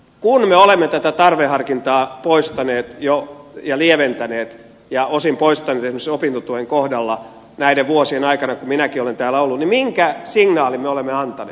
kun me olemme tätä tarveharkintaa lieventäneet ja osin poistaneet esimerkiksi opintotuen kohdalla näiden vuosien aikana kun minäkin olen täällä ollut niin minkä signaalin me olemme antaneet